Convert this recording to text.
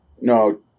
No